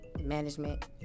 management